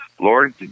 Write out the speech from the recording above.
Lord